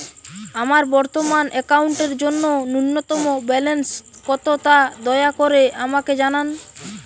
আমার বর্তমান অ্যাকাউন্টের জন্য ন্যূনতম ব্যালেন্স কত তা দয়া করে আমাকে জানান